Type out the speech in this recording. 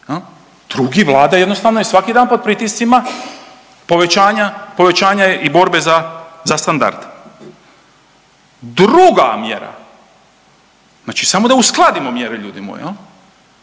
drugi, Vlada jednostavno je svaki dan pod pritiscima povećanja, povećanja i borbe za standard. Druga mjera, znači samo da uskladimo mjere, ljudi moji,